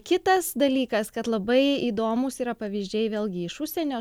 kitas dalykas kad labai įdomūs yra pavyzdžiai vėlgi iš užsienio